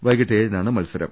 വൈകീട്ട് ഏഴിനാണ് മത്സരം